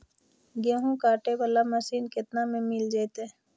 गेहूं काटे बाला मशीन केतना में मिल जइतै?